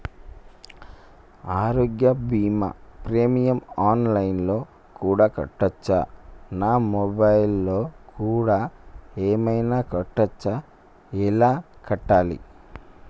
ఆరోగ్య బీమా premium online లో కూడా కట్టచ్చా? నా మొబైల్లో కూడా ఏమైనా కట్టొచ్చా? ఎలా కట్టాలి?